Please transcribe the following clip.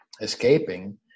escaping